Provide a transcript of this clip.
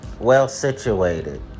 Well-situated